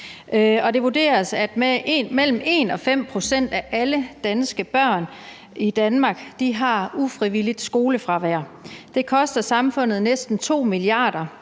Det vurderes, at mellem 1 og 5 pct. af alle danske børn i Danmark har ufrivilligt skolefravær. Det koster samfundet næsten 2 mia.